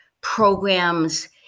programs